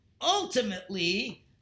ultimately